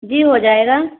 जी हो जाएगा